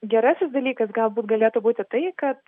gerasis dalykas galbūt galėtų būti tai kad